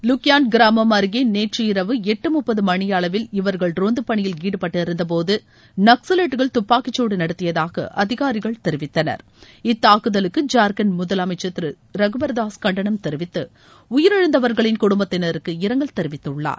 லுக்கியாடன்ட் கிராமம் அருகே நேற்று இரவு எட்டு முப்பது மணி அளவில் இவர்கள் ரோந்து பணியில் ஈடுபட்டிருந்தபோது நக்சவைட்டுகள் துப்பாக்கிச்சூடு நடத்தியதாக அதிகாரிகள் தெரிவித்தனர் இத்தாக்குதலுக்கு ஜார்கண்ட் முதலமைச்சர் திரு ரகுபர்தாஸ் கண்டனம் தெரிவித்து உயிரிழந்தவர்களின் குடும்பத்தினருக்கு இரங்கல் தெரிவித்துள்ளார்